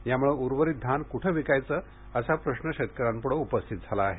यामुळे उर्वरित धान कुठे विकायचे असा प्रश्न शेतकऱ्यांपुढे उपस्थित झाला आहे